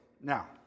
Now